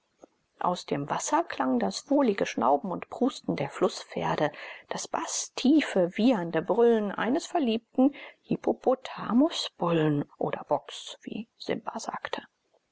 aus dem wasser klang das wohlige schnauben und prusten der flußpferde das baßtiefe wiehernde brüllen eines verliebten